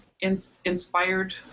inspired